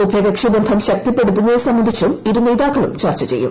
ഉഭയകക്ഷി ബന്ധം ശക്തിപ്പെടുത്തുന്നത് സംബന്ധിച്ചും ഇരുനേതാക്കളും ചർച്ച ചെയ്യും